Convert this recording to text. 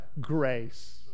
grace